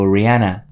Rihanna